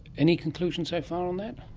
any conclusions so far on that?